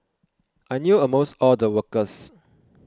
I knew almost all the workers